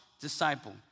disciple